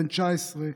בן 19,